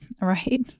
right